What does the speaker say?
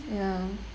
ya